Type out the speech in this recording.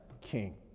king